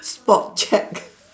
spot check